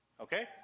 Okay